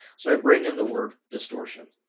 so i bring in the word distortion.